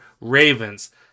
Ravens